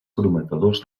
prometedors